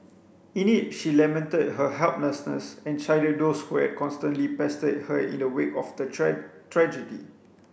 in it she lamented her helplessness and chided those who had constantly pestered her in the wake of the tragedy